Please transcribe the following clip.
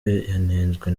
yanenzwe